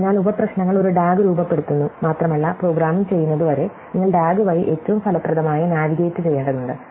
അതിനാൽ ഉപ പ്രശ്നങ്ങൾ ഒരു DAG രൂപപ്പെടുത്തുന്നു മാത്രമല്ല പ്രോഗ്രാമിംഗ് ചെയ്യുന്നതുവരെ നിങ്ങൾ DAG വഴി ഏറ്റവും ഫലപ്രദമായി നാവിഗേറ്റു ചെയ്യേണ്ടതുണ്ട്